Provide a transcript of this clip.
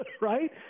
right